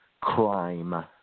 crime